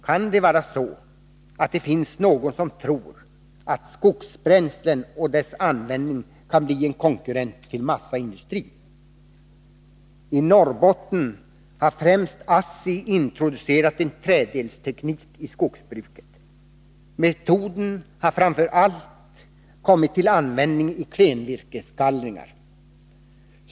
Kan det finnas någon som tror att skogsbränslena och deras användning kan bli en konkurrent till massaindustrin? I Norrbotten har främst ASSI introducerat en träddelsteknik i skogsbruket. Metoden har framför allt kommit till användning vid klenvirkesgallringar.